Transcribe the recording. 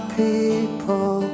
people